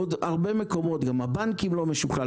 עוד הרבה מקומות גם הבנקים לא משוכלל